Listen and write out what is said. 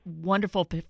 wonderful